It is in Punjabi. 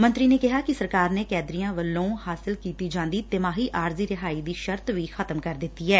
ਮੰਤਰੀ ਨੇ ਕਿਹਾ ਕਿ ਸਰਕਾਰ ਨੇ ਕੈਦੀਆਂ ਵਲੋਂ ਹਾਸਲ ਕੀਤੀ ਜਾਂਦੀ ਤਿਮਾਹੀ ਆਰਜ਼ੀ ਰਿਹਾਈ ਦੀ ਸ਼ਰਤ ਵੀ ਖਤਮ ਕਰ ਦਿੱਤੀ ਏ